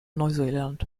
neuseeland